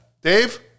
Dave